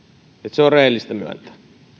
se on rehellistä myöntää